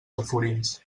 alforins